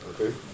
okay